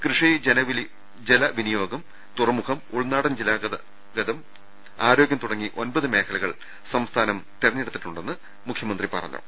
കൃഷി ജലവിനിയോഗം തുറമുഖം ഉൾനാടൻ ജലഗതാഗതം ആരോഗ്യം തുടങ്ങി ഒൻപത് മേഖലകൾ സംസ്ഥാനം തെരഞ്ഞെടുത്തിട്ടു ണ്ടെന്ന് മുഖൃമന്ത്രി പറഞ്ഞു